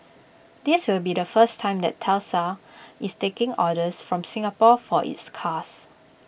this will be the first time that Tesla is taking orders from Singapore for its cars